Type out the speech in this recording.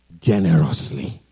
generously